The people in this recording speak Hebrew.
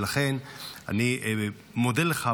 ולכן אני מודה לך,